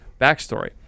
Backstory